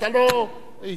אתה לא הצבעת,